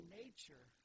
nature